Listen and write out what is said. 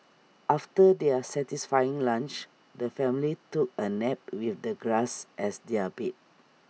after their satisfying lunch the family took A nap with the grass as their bed